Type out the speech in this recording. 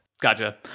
Gotcha